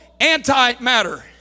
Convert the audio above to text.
antimatter